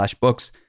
books